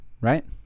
right